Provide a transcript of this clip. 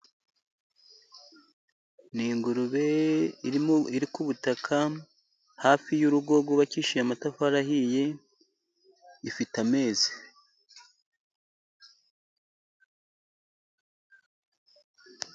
Ni ingurube irimo, iri ku butaka hafi y'urugo rwubakishije amatafari ahiye, ifite amezi.